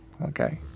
Okay